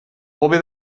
hobe